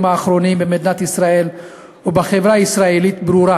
האחרונים במדינת ישראל ובחברה הישראלית ברורה: